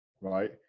right